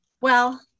Well-